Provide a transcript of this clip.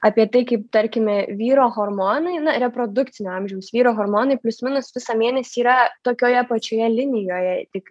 apie tai kaip tarkime vyro hormonai na reprodukcinio amžiaus vyro hormonai plius minus visą mėnesį yra tokioje pačioje linijoje tik